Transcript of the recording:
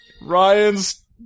Ryan's